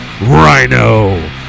Rhino